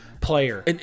player